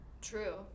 True